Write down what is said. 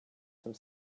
some